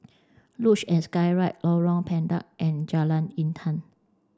Luge and Skyride Lorong Pendek and Jalan Intan